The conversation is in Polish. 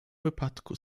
wypadku